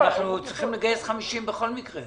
אנחנו צריכים לגייס 50 בכל מקרה.